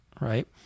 right